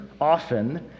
often